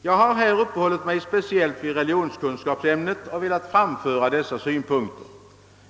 Jag har här uppehållit mig speciellt vid religionskunskapsämnet och velat framföra dessa synpunkter.